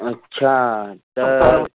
अच्छा त